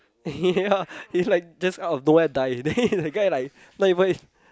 yeah if like just out of the where die already then the guy like not even in